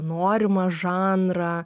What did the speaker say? norimą žanrą